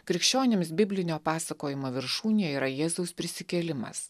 krikščionims biblinio pasakojimo viršūnė yra jėzaus prisikėlimas